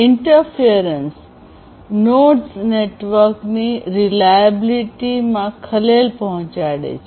interference nodes દખલગીરી અને ઘોંઘાટ નેટવર્કની રીલાયેબીલિટી વિશ્વસનીયતા માં ખલેલ પહોંચાડે છે